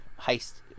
heist